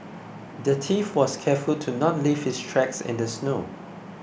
the thief was careful to not leave his tracks in the snow